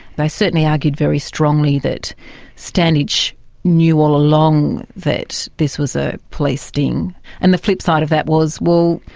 they certainly argued very strongly that standage knew all along that this was a police sting. and the flip side of that was, well,